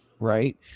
right